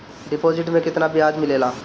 Deposit मे केतना बयाज मिलेला?